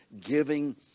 giving